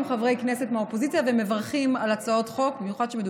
חברי כנסת מהאופוזיציה ומברכים על הצעות חוק,